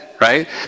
right